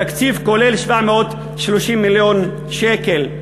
תקציב כולל, 730 מיליון שקל.